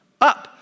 up